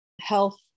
health